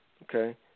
Okay